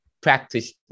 practice